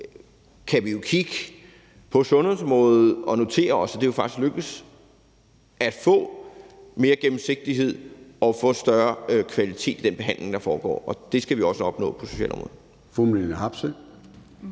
kan vi jo kigge på sundhedsområdet og notere os, at det faktisk er lykkedes at få mere gennemsigtighed og større kvalitet i den behandling, der foregår. Og det skal vi også opnå på socialområdet.